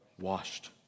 washed